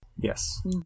yes